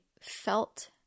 felt